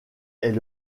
est